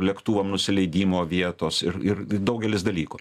lėktuvo nusileidimo vietos ir ir daugelis dalykų